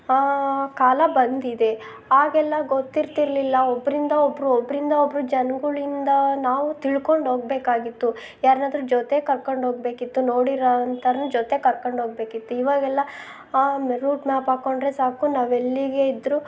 ಕಾಲ ಬಂದಿದೆ ಆಗೆಲ್ಲ ಗೊತ್ತಿರ್ತಿರಲಿಲ್ಲ ಒಬ್ಬರಿಂದ ಒಬ್ಬರು ಒಬ್ಬರಿಂದ ಒಬ್ಬರು ಜನ್ಗಳಿಂದ ನಾವು ತಿಳ್ಕೊಂಡು ಹೋಗಬೇಕಾಗಿತ್ತು ಯಾರನ್ನಾದ್ರು ಜೊತೆಗೆ ಕರ್ಕೊಂಡು ಹೋಗಬೇಕಿತ್ತು ನೋಡಿರಂಥವ್ರ್ನ ಜೊತೆಗೆ ಕರ್ಕಂಡು ಹೋಗ್ಬೇಕಿತ್ತು ಇವಾಗೆಲ್ಲ ರೂಟ್ ಮ್ಯಾಪ್ ಹಾಕಿಕೊಂಡ್ರೆ ಸಾಕು ನಾವೆಲ್ಲಿಗೆ ಇದ್ರೂ